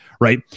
Right